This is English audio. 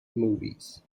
movies